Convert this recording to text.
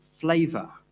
flavor